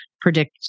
predict